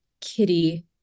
Kitty